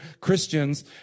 Christians